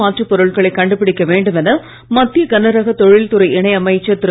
மாற்று பொருட்களை கண்டுபிடிக்க வேண்டும் என மத்திய கனரக தொழில்துறை இணை அமைச்சர் திரு